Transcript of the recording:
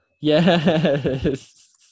Yes